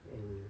and